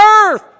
earth